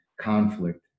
conflict